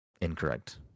Incorrect